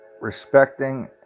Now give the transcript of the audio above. respecting